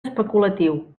especulatiu